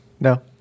no